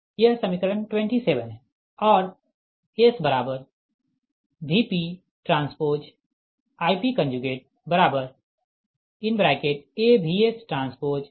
यह समीकरण 27 है